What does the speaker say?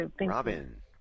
Robin